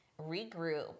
regroup